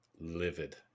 livid